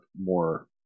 more